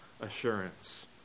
assurance